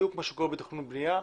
בדיוק כפי שקורה בתכנון ובנייה.